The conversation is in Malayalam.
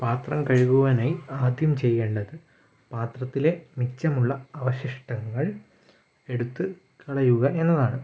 പാത്രം കഴുകുവാനായി ആദ്യം ചെയ്യേണ്ടത് പാത്രത്തിലെ മിച്ചമുള്ള അവശിഷ്ടങ്ങൾ എടുത്തു കളയുക എന്നതാണ്